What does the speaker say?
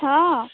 ହଁ